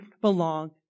belong